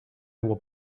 will